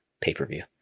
pay-per-view